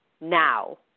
now